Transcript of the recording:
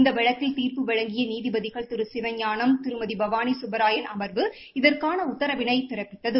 இந்த வழக்கில் தீர்ப்பு வழங்கிய நீதிபதிகள் திரு சிவஞாளம் பவாளி சுப்பராயன் அமர்வு இதற்கான உத்தரவிளை அளித்தது